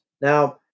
Now